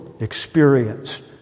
experienced